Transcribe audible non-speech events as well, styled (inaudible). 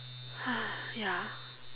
(breath) ya